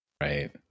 Right